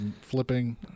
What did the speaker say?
flipping